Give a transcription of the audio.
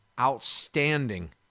outstanding